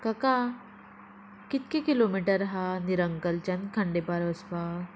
काका कितके किलोमिटर आहा निरंकलचान खांडेपार वचपाक